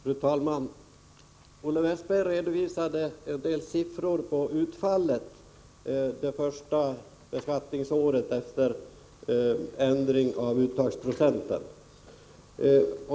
Fru talman! Olle Westberg redovisade en del siffror på utfallet under det första beskattningsåret efter ändringen av uttagsprocenten.